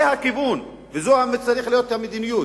זה הכיוון וזו צריכה להיות המדיניות,